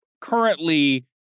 currently